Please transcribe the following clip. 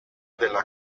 della